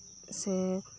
ᱥᱮ